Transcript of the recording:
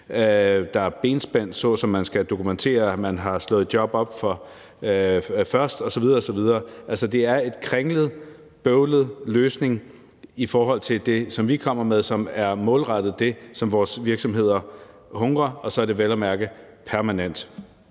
der er benspænd, som at man skal dokumentere, at man har slået et job op først osv. osv. Altså, det er en kringlet, bøvlet løsning i forhold til det, som vi kommer med, og som er målrettet det, som vores virksomheder hungrer efter, og så er det vel at mærke permanent,